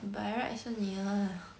by right 是你的 lah